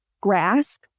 grasp